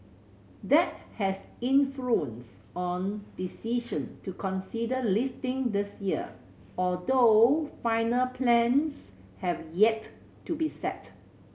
that has influenced on decision to consider listing this year although final plans have yet to be set